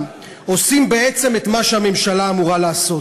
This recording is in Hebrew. עושים בעצם את מה שהממשלה אמורה לעשות.